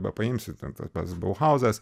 bepaimsi ten pats bauhauzas